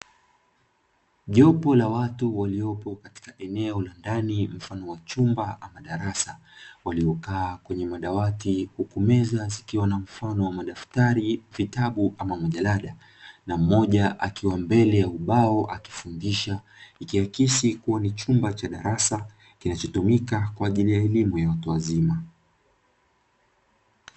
Jopo la watu waliopo katika eneo la ndani mfano wa chumba ama darasa, waliokaa kwenye madawati huku meza zikiwa na mfano wa madaftari, vitabu ama majarada, na mmoja akiwa mbele ya ubao akifundisha, ikiakisi kubwa ni chumba cha darasa kinachotumika kwa ajili ya elimu ya watu wazima.